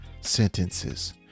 sentences